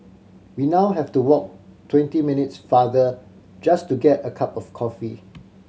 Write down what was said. we now have to walk twenty minutes farther just to get a cup of coffee